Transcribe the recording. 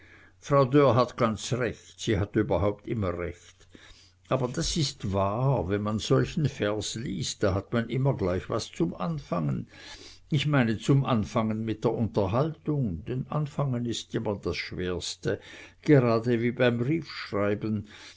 frau dörr hat ganz recht sie hat überhaupt immer recht aber das ist wahr wenn man solchen vers liest da hat man immer gleich was zum anfangen ich meine zum anfangen mit der unterhaltung denn anfangen is immer das schwerste gerade wie beim